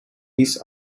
his